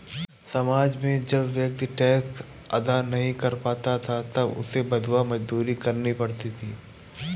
समाज में जब व्यक्ति टैक्स अदा नहीं कर पाता था तब उसे बंधुआ मजदूरी करनी पड़ती थी